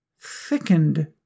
thickened